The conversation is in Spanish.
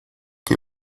que